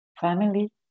family